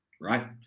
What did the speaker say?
Right